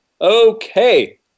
Okay